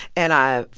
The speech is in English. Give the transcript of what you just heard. and i,